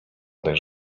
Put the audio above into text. dech